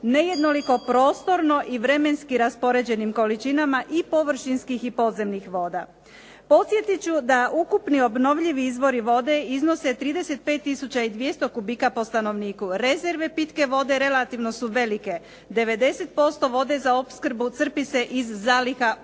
nejednoliko prostorno i vremenski raspoređenim količinama i površinskih i podzemnih voda. Podsjetit ću da ukupni obnovljivi izvori vode iznose 35 tisuća i 200 kubika po stanovniku, rezerve pitke vode relativno su velike, 90% vode za opskrbu crpi se iz zaliha